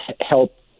help